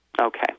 Okay